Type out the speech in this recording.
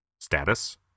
Status